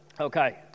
Okay